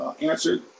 answered